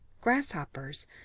grasshoppers